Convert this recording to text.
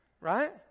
Right